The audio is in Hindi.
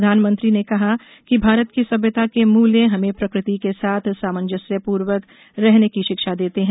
प्रधानमंत्री ने कहा कि भारत की सभ्यता के मूल्य हमें प्रकृति के साथ सामंजस्य पूर्वक रहने की शिक्षा देते हैं